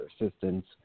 assistance